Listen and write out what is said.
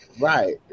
right